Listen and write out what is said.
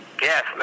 Yes